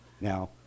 Now